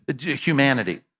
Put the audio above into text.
humanity